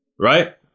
right